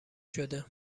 شده